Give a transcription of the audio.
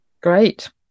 great